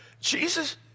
Jesus